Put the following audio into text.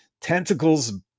Tentacles